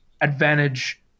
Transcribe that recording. advantage